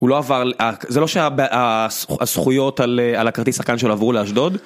זה לא שהזכויות על הכרטיס שחקן שלו עברו לאשדוד.